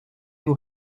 vous